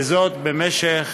וזאת במשך